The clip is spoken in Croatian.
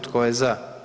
Tko je za?